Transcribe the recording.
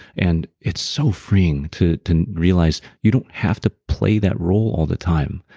and it's so freeing to to realize you don't have to play that role all the time.